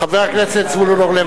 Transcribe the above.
חבר הכנסת זבולון אורלב,